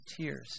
tears